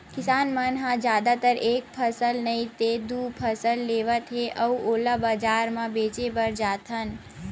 किसान मन ह जादातर एक फसल नइ ते दू फसल लेवत हे अउ ओला बजार म बेचे बर जाथन